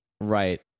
right